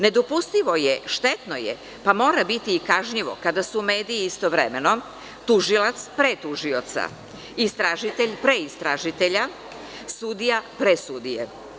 Nedopustivo je, štetno je, pa mora biti i kažnjivo, kada su mediji istovremeno tužilac pre tužioca, istražitelj pre istražitelja, sudija pre sudije.